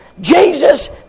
Jesus